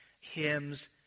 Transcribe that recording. hymns